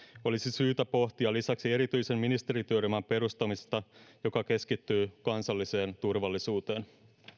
olisi syytä pohtia lisäksi erityisen ministerityöryhmän perustamista joka keskittyy kansalliseen turvallisuuteen